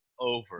over